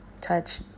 touch